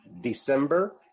December